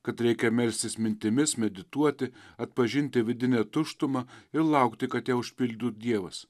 kad reikia melstis mintimis medituoti atpažinti vidinę tuštumą ir laukti kad ją užpildu dievas